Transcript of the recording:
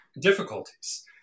difficulties